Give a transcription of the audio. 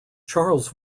charles